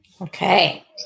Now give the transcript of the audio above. Okay